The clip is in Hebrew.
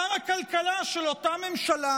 שר הכלכלה של אותה ממשלה,